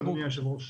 היום יום רביעי,